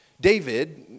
David